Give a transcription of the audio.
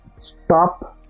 stop